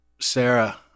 Sarah